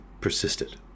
persisted